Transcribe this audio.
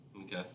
Okay